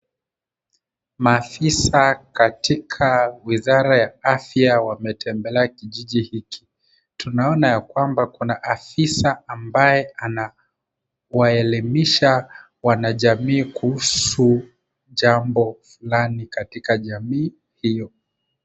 Maafisa katika wizara wa afya wametembelea kijiji hiki. Tunaona ya kwamba kuna afisa ambaye anawaelimisha wanajamii kuhusu jambo fulani katika jamii hiyo.